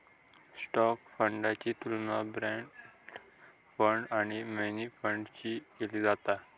stock फंडाची तुलना bond fund आणि मनी फंडाशी केली जाता